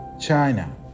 China